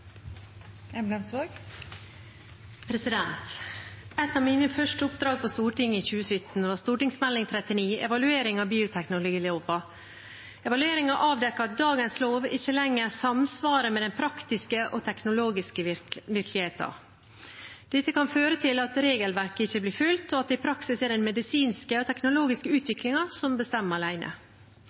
Et av mine første oppdrag på Stortinget i 2017 gjaldt Meld. St. 39 for 2016–2017, Evaluering av bioteknologiloven. Evalueringen avdekket at dagens lov ikke lenger samsvarer med den praktiske og teknologiske virkeligheten. Dette kan føre til at regelverket ikke blir fulgt, og at det i praksis er den medisinske og teknologiske utviklingen som alene bestemmer.